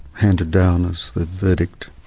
handed down as the verdict